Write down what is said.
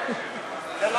חבר